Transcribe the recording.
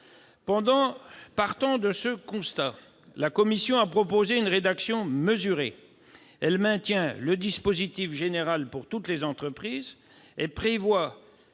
Partant de ce constat, la commission a proposé une rédaction mesurée ; elle maintient le dispositif général pour toutes les entreprises et prévoit,